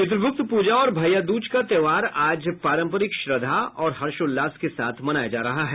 चित्रगुप्त पूजा और भैयादूज का त्योहार आज पारंपरिक श्रद्धा और हर्षोल्लास के साथ मनाया जा रहा है